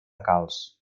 calç